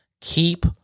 keep